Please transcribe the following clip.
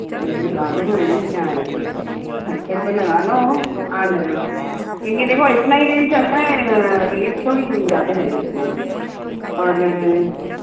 अरे लगा लो मैम क्या है ढाई सौ रुपये लगा लो आ जाना नहीं नहीं देखा इतना ही रेट चल रहा है इसे थोड़ी कोई ज़्यादा है इतना और